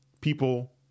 people